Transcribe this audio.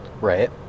Right